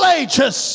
ages